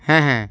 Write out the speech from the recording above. হ্যাঁ হ্যাঁ